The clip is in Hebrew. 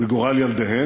מה גורל ילדיהם,